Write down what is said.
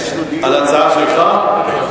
הצעה לסדר-היום